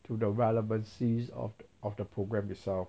to the relevancies of of the programme itself